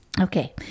Okay